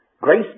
grace